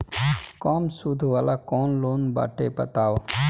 कम सूद वाला कौन लोन बाटे बताव?